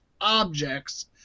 objects